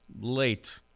late